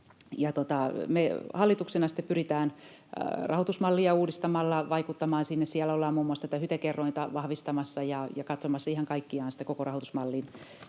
hallituksena sitten pyritään rahoitusmallia uudistamalla vaikuttamaan sinne. Siellä ollaan muun muassa tätä HYTE-kerrointa vahvistamassa ja katsomassa ihan kaikkiaan sitä koko rahoitusmallin